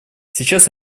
сейчас